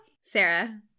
Sarah